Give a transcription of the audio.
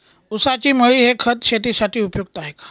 ऊसाची मळी हे खत शेतीसाठी उपयुक्त आहे का?